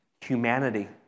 humanity